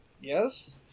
yes